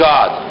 God